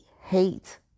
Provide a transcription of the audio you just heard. hate